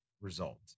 result